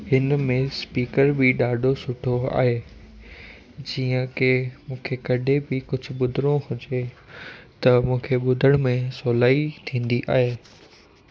हिन में स्पीकर बि ॾाढो सुठो आहे जीअं की मूंखे कॾहिं बि कुझु ॿुधिणो हुजे त मूंखे ॿुधण में सवलाई थींदी आहे